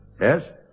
Yes